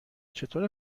چطوره